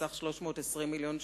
בסך 320 מיליון שקלים,